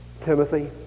Timothy